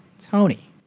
Tony